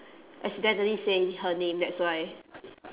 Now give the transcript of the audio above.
accidentally say her name that's why